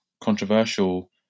controversial